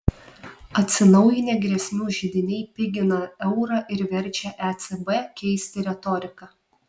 atsinaujinę grėsmių židiniai pigina eurą ir verčia ecb keisti retoriką